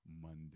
Monday